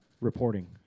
reporting